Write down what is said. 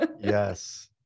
yes